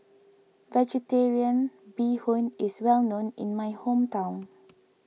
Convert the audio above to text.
Vegetarian Bee Hoon is well known in my hometown